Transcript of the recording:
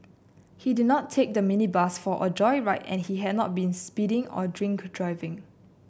he did not take the minibus for a joyride and he had not been speeding or drink driving